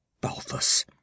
balthus